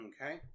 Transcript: Okay